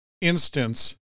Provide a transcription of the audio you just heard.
instance